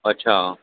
अच्छा